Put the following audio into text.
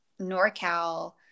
NorCal